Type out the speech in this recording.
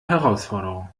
herausforderung